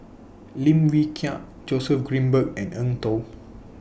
Lim Wee Kiak Joseph Grimberg and Eng Tow